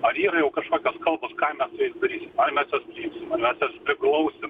ar yra jau kažkokios kalbos ką mes su jais darysim ar mes juos priimsim ar mes juos priglausim